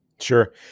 Sure